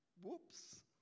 Whoops